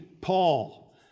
paul